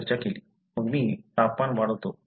मग मी तापमान वाढवतो